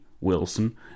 Wilson